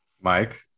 Mike